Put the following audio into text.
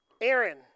Aaron